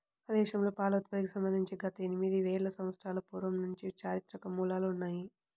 మన దేశంలో పాల ఉత్పత్తికి సంబంధించి గత ఎనిమిది వేల సంవత్సరాల పూర్వం నుంచి చారిత్రక మూలాలు ఉన్నాయి